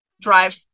drive